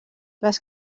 les